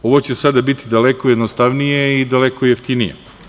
Ovo će sada biti daleko jednostavnije i daleko jeftinije.